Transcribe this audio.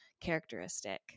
characteristic